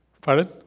Pardon